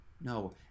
no